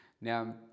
now